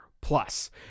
Plus